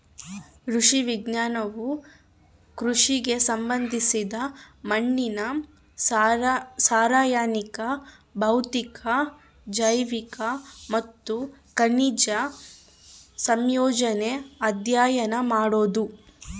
ಕೃಷಿ ವಿಜ್ಞಾನವು ಕೃಷಿಗೆ ಸಂಬಂಧಿಸಿದ ಮಣ್ಣಿನ ರಾಸಾಯನಿಕ ಭೌತಿಕ ಜೈವಿಕ ಮತ್ತು ಖನಿಜ ಸಂಯೋಜನೆ ಅಧ್ಯಯನ ಮಾಡೋದು